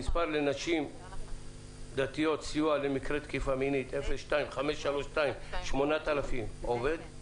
המספר לסיוע לנשים דתיות במקרה של תקיפה מינית 025328000 עובד.